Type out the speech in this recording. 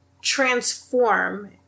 transform